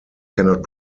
cannot